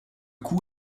coup